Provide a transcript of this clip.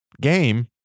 game